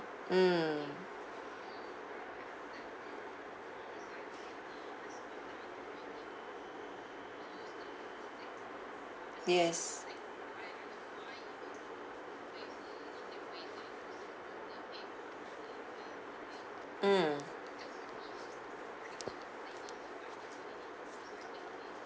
mm yes mm